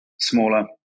smaller